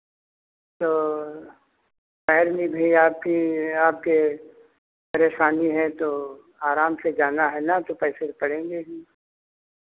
तो पैर में भी आपकी आपके परेशानी है तो आराम से जाना है ना तो पैसे तो पड़ेंगे जी